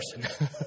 person